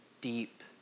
deep